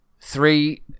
three